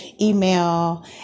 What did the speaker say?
email